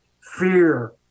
fear